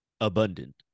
abundant